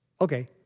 Okay